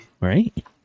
Right